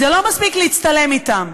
וזה לא מספיק להצטלם אתם,